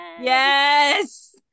Yes